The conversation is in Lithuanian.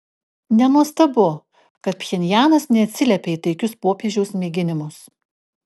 nenuostabu kad pchenjanas neatsiliepė į taikius popiežiaus mėginimus